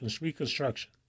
reconstruction